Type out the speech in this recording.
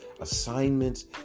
assignments